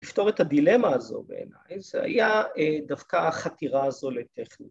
‫לפתור את הדילמה הזו בעיניי, ‫זה היה דווקא החתירה הזו לטכנית.